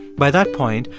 by that point,